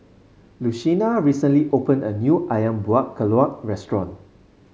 Lucina recently opened a new ayam Buah Keluak restaurant